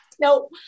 no